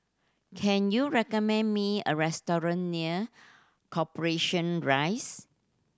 can you recommend me a restaurant near Corporation Rise